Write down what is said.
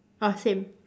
ah same